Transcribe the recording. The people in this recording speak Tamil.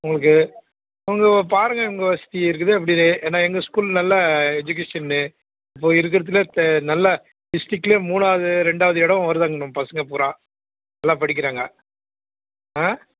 உங்களுக்கு உங்கள் பாருங்க உங்கள் வசதி இருக்குது எப்படி ஏன்னால் எங்கே ஸ்கூல் நல்ல எஜுகேஷன் இப்போது இருக்கிறதுல நல்ல டிஸ்ட்ரிக்லையே மூணாவது ரெண்டாவது இடம் வருதுங்க நம்ம பசங்கள் பூரா நல்லா படிக்கிறாங்க ஆ